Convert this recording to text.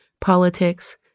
politics